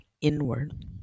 inward